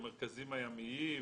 המרכזים הימיים,